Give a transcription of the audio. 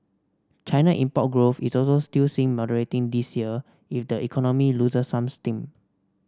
China import growth is also still seen moderating this year if the economy loses some steam